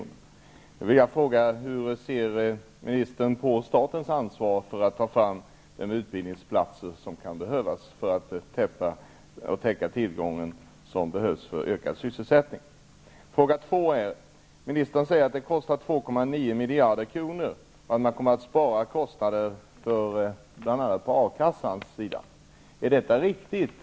Nu vill jag fråga: Hur ser ministern på statens ansvar för att ta fram de utbildningsplatser som kan behövas för att täcka behovet av ökad sysselsättning? Ministern säger att detta kostar 2,9 miljarder kronor och att man kommer att spara pengar bl.a. på A-kassesidan. Är detta riktigt?